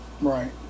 Right